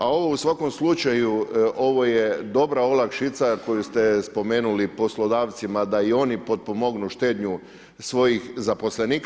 A ovo u svakom slučaju ovo je dobra olakšica koju ste spomenuli poslodavcima da i oni potpomognu štednju svojih zaposlenika.